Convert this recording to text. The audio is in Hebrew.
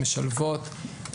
משלבות,